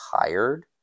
tired